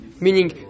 Meaning